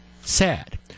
Sad